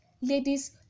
Ladies